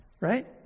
Right